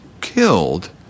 killed